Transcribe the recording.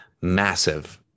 Massive